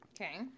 Okay